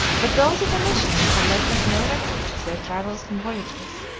but though the phoenicians have left us no record of their travels and voyages,